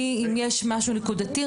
אם יש משהו נקודתי,